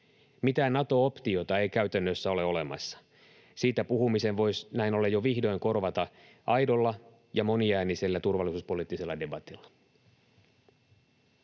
Mitään Nato-optiota ei käytännössä ole olemassa. Siitä puhumisen voisi näin ollen jo vihdoin korvata aidolla ja moniäänisellä turvallisuuspoliittisella debatilla.